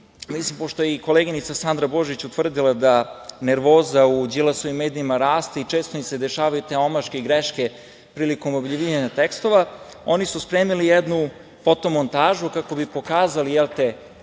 vidim, pošto je i koleginica Sandra Božić utvrdila, nervoza u Đilasovim medijima raste i često im se dešavaju te omaške i greške prilikom objavljivanja tekstova. Oni su spremili jednu fotomontažu kako bi pokazali kako